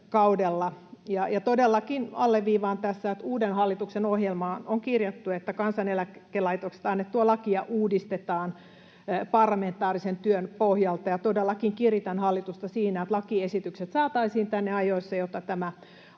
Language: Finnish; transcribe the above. Todellakin alleviivaan tässä, että uuden hallituksen ohjelmaan on kirjattu, että Kansaneläkelaitoksesta annettua lakia uudistetaan parlamentaarisen työn pohjalta, ja todellakin kiritän hallitusta siinä, että lakiesitykset saataisiin tänne ajoissa, jotta tämä